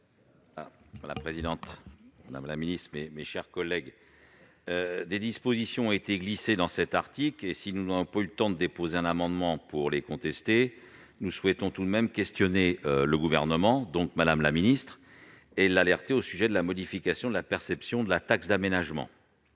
Madame la présidente, madame la secrétaire d'État, mes chers collègues, des dispositions ont été glissées dans cet article, et si nous n'avons pas eu le temps de déposer un amendement pour les contester, nous souhaitons tout de même interroger le Gouvernement et l'alerter au sujet de la modification de la perception de la taxe d'aménagement.